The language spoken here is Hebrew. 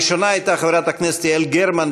הראשונה הייתה חברת הכנסת יעל גרמן,